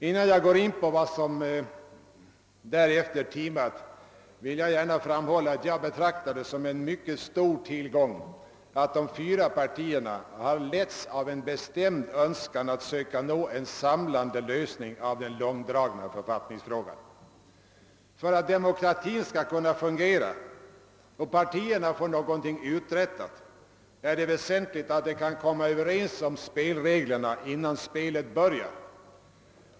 Innan jag går in på vad som därefter timat, vill jag gärna framhålla att jag betraktar det som en stor tillgång att de fyra partierna har letts av en bestämd önskan att försöka åstadkomma en samlande lösning av den långdragna författningsfrågan. För att demokratin skall kunna fungera och partierna få något uträttat är det väsentligt att de kan komma överens om spelreglerna innan spelet börjar.